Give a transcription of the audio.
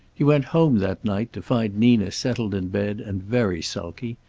he went home that night, to find nina settled in bed and very sulky,